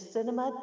Cinema